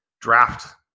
draft